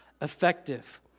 effective